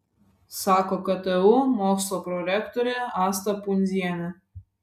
sako ktu mokslo prorektorė asta pundzienė